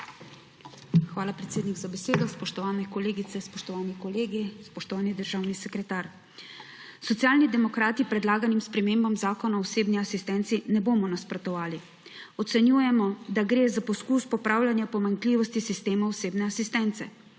Hvala, predsednik, za besedo. Spoštovane kolegice, spoštovani kolegi, spoštovani državni sekretar! Socialni demokrati predlaganim spremembam Zakona o osebni asistenci ne bomo nasprotovali. Ocenjujemo, da gre za poskus popravljanja pomanjkljivosti sistema osebne asistence.